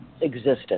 existence